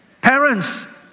Parents